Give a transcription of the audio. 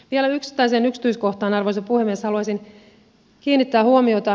vielä yksittäiseen yksityiskohtaan arvoisa puhemies haluaisin kiinnittää huomiota